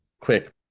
quick